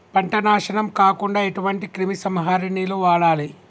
పంట నాశనం కాకుండా ఎటువంటి క్రిమి సంహారిణిలు వాడాలి?